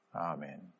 Amen